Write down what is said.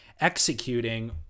executing